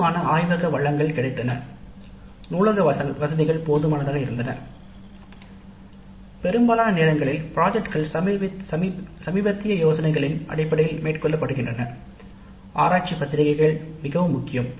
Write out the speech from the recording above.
போதுமான ஆய்வக வளங்கள் கிடைத்தன நூலக வசதிகள் போதுமானதாக இருந்தன பெரும்பாலான நேரங்களில் திட்டங்கள் சமீபத்திய யோசனைகளின் அடிப்படையில் மேற்கொள்ளப்படுகின்றன ஆராய்ச்சி பத்திரிகைகள் மிகவும் முக்கியம்